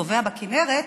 טובע בכינרת,